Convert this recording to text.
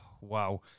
wow